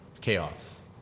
Chaos